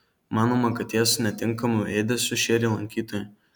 manoma kad jas netinkamu ėdesiu šėrė lankytojai